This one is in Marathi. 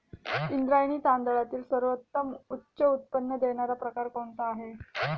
इंद्रायणी तांदळातील सर्वोत्तम उच्च उत्पन्न देणारा प्रकार कोणता आहे?